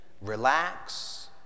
Relax